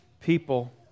people